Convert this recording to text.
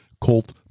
Colt